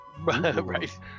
Right